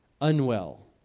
unwell